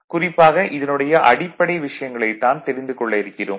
குறிப்பாக இதனுடைய அடிப்படை விஷயங்களைத் தான் தெரிந்து கொள்ள இருக்கிறோம்